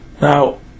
Now